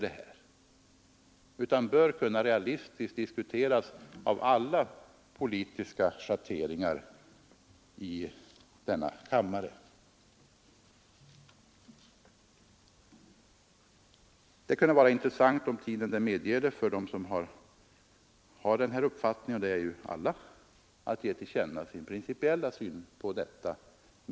Det kunde vara intressant, om tiden medger det, för dem som vill att ge till känna sin principiella syn på detta.